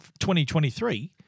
2023